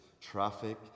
traffic